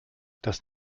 das